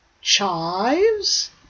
Chives